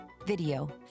Video